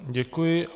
Děkuji.